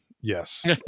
yes